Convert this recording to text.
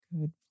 Good